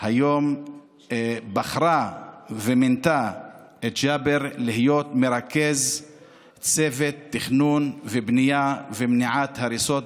היום בחרה ומינתה את ג'אבר להיות מרכז צוות תכנון ובנייה ומניעת הריסות.